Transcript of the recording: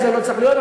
שזה לא צריך להיות,